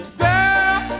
girl